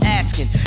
asking